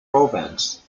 province